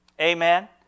Amen